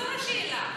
זו השאלה.